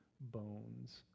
bones